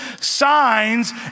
signs